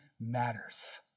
matters